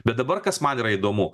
bet dabar kas man yra įdomu